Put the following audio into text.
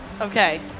Okay